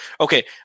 Okay